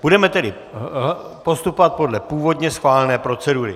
Budeme tedy postupovat podle původně schválené procedury.